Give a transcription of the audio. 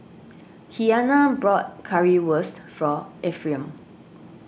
Kiana bought Currywurst for Ephriam